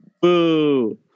boo